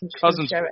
cousins